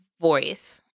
voice